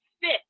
fit